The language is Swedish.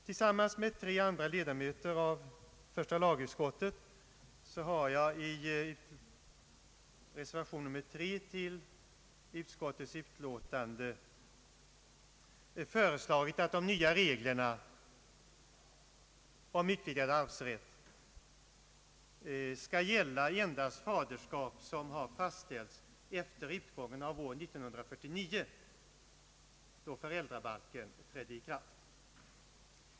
Tillsammans med tre andra ledamöter av första lagutskottet har jag i reservationen 3 till utskottets utlåtande föreslagit att de nya reglerna om utvidgad arvsrätt skall gälla endast faderskap som har fastställts efter utgången av år 1949, då föräldrabalken trädde i kraft.